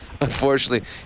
Unfortunately